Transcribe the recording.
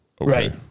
Right